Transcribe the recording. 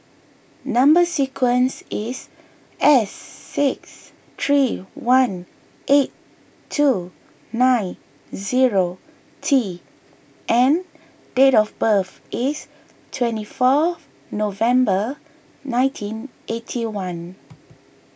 Number Sequence is S six three one eight two nine zero T and date of birth is twenty fourth November nineteen eighty one